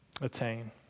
attain